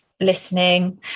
listening